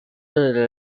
delle